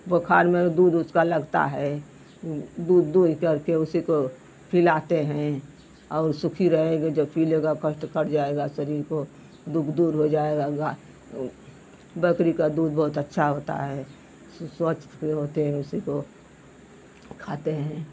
बुखार में दूध उसका लगता है दूध दुह करके उसी को पिलाते हैं और सुखी रहेगे जो पी लेगा कष्ट कट जाएगा शरीर को दुख दूर हो जाएगा गा बकरी का दूध बहुत अच्छा होता है सु स्वच्छ भी होते हैं उसी को खाते हैं